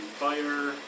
fire